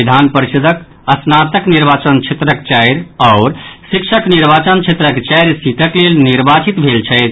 विधान परिषदक स्नातक निर्वाचन क्षेत्रक चारि आओर शिक्षक निर्वाचन क्षेत्रक चारि सिटक लेल निर्वाचित भेल छथि